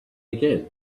again